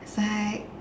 it's like